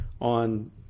on